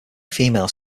female